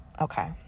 Okay